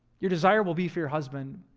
your desire will be for your husband